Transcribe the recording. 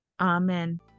amen